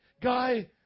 guy